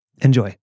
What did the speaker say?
Enjoy